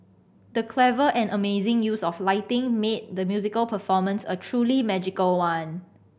the clever and amazing use of lighting made the musical performance a truly magical one